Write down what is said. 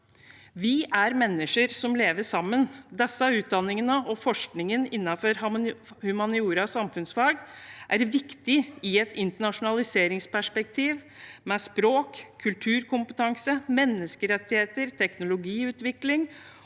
Vi er mennesker som lever sammen. Disse utdanningene og forskningen innenfor humaniora og samfunnsfag er viktig i et internasjonaliseringsperspektiv med tanke på språk, kulturkompetanse, menneskerettigheter, teknologiutvikling